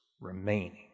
remaining